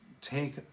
take